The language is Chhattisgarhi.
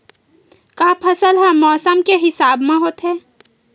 का फसल ह मौसम के हिसाब म होथे?